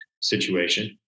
situation